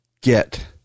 get